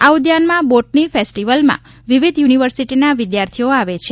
આ ઉદ્યાનમાં બોટની ફેસ્ટીવલમાં વિવિધ યુનિવર્સિટીના વિદ્યાર્થીઓ આવે છે